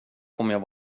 kommer